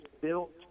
built